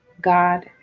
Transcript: God